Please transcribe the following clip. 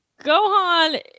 Gohan